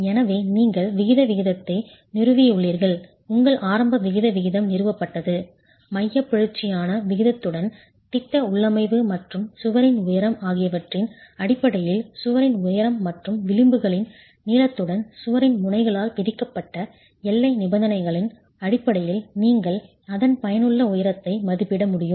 எனவே நீங்கள் விகித விகிதத்தை நிறுவியுள்ளீர்கள் உங்கள் ஆரம்ப விகித விகிதம் நிறுவப்பட்டது மையப் பிறழ்ச்சியானவிகிதத்துடன் திட்ட உள்ளமைவு மற்றும் சுவரின் உயரம் ஆகியவற்றின் அடிப்படையில் சுவரின் உயரம் மற்றும் விளிம்புகளின் நீளத்துடன் சுவரின் முனைகளால் விதிக்கப்பட்ட எல்லை நிபந்தனைகளின் அடிப்படையில் நீங்கள் அதன் பயனுள்ள உயரத்தை மதிப்பிட முடியும்